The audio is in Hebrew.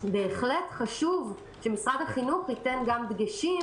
בהחלט חשוב שמשרד החינוך ייתן גם דגשים